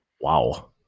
wow